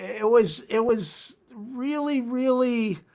it was it was really, really